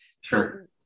Sure